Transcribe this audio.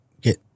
get